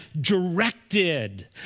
directed